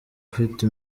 ufite